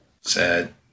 Sad